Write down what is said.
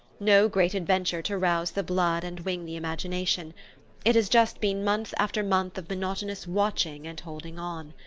no great adventure to rouse the blood and wing the imagination it has just been month after month of monotonous watching and holding on.